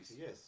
Yes